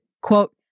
quote